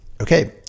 Okay